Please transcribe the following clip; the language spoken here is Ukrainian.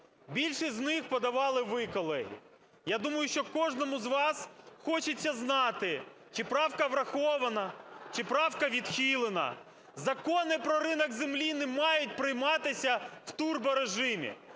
Більшість з них подавали ви, колеги. Я думаю, що кожному з вас хочеться знати, чи правка врахована, чи правка відхилена. Закони про ринок землі не мають прийматися в турборежимі.